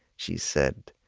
she said.